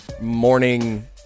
morning